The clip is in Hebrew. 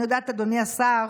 אני יודעת, אדוני השר,